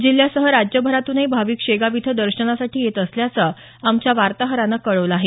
जिल्ह्यासह राज्यभरातूनही भाविक शेगाव इथं दर्शनासाठी येत असल्याचं आमच्या वार्ताहरानं कळवलं आहे